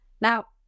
Now